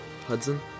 Hudson